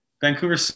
Vancouver